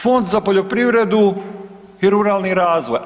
Fond za poljoprivredu i ruralni razvoj.